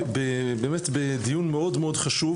באמת בדיון מאוד מאוד חשוב,